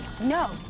No